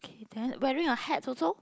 okay then wearing a hat also